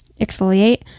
exfoliate